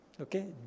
Okay